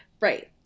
Right